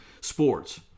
Sports